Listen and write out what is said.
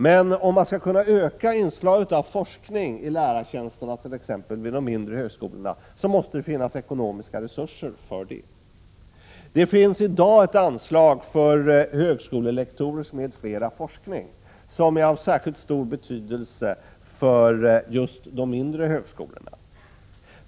Men om man skall kunna öka inslaget av forskning i lärartjänsterna, t.ex. vid de mindre högskolorna, måste det finnas ekonomiska resurser för detta. Det finns i dag ett anslag för forskning som bedrivs av högskolelektorer m.fl. Det är av särskilt stor betydelse för de mindre högskolorna.